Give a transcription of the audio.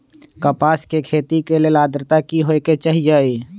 कपास के खेती के लेल अद्रता की होए के चहिऐई?